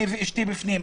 אני ואישתי בפנים,